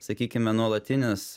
sakykime nuolatinis